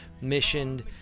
missioned